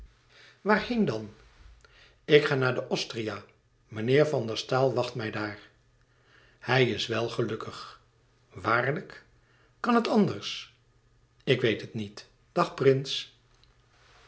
aarheen dan k ga naar die osteria meneer van der staal wacht mij daar hij is wel gelukkig waarlijk kan het anders ik weet het niet dag prins